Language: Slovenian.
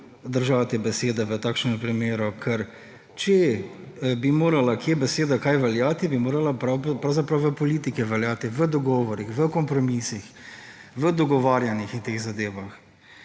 držati besede v takšnem primeru, ker če bi morala kje beseda kaj veljati, bi morala pravzaprav v politiki veljati, v dogovorih, v kompromisih, v dogovarjanjih in teh zadevah.